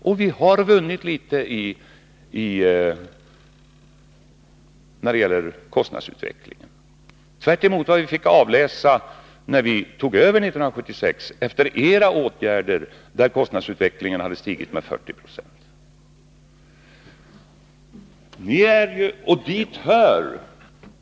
Och vi har vunnit en del när det gäller kostnadsutvecklingen jämfört med vad vi kunde avläsa när vi tog över 1976, då era åtgärder hade medfört att kostnaderna hade stigit med 40 96.